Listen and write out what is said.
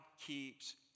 keeps